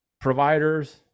providers